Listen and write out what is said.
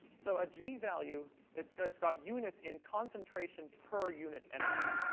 so a g-value, it's got it's got units in concentration per unit energy.